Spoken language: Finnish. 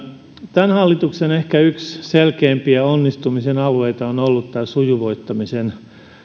tämän hallituksen ehkä yksi selkeimpiä onnistumisen alueita on ollut tämä sujuvoittamisen